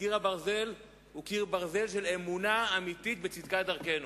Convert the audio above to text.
קיר הברזל הוא קיר ברזל של אמונה אמיתית בצדקת דרכנו,